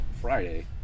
Friday